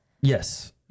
yes